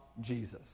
Jesus